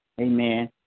Amen